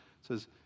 says